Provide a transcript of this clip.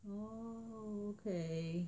oh okay